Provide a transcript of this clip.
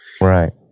Right